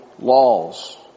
laws